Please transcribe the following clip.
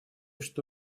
что